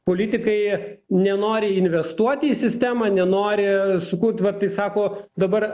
politikai nenori investuoti į sistemą nenori sukurt vat sako dabar